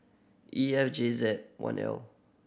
E F J Z one L